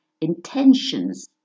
intentions